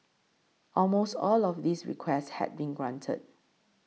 almost all of these requests had been granted